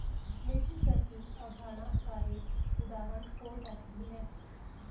निश्चित कर की अवधारणा का एक उदाहरण पोल टैक्स भी है